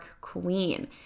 queen